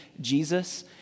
Jesus